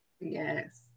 Yes